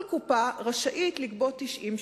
כל קופה רשאית לגבות 90 ש"ח,